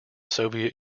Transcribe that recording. soviet